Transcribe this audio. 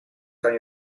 kan